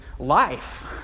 Life